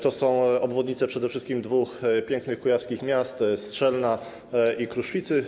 Chodzi tu o obwodnice przede wszystkim dwóch pięknych, kujawskich miast, Strzelna i Kruszwicy.